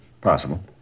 Possible